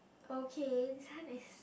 okay this kind is